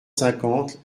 cinquante